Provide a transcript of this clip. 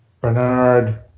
Bernard